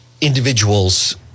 individuals